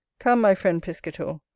come, my friend piscator,